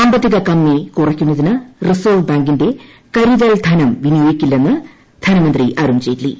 സാമ്പത്തിക കമ്മി കുറയ്ക്കുന്നതിന് റിസർവ്വ് ന് ബാങ്കിന്റെ കരുതൽ ധനം വിനിയോഗിക്കില്ലെന്ന് ധനമന്ത്രി അരുൺ ജയ്റ്റ്ലി